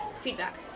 feedback